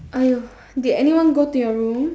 !aiyo! did anyone go to your room